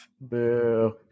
Boo